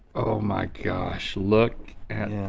oh my gosh, look